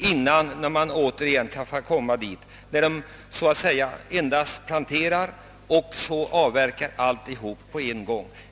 Därefter planterar man endast — och så avverkar man allt på en gång.